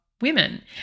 women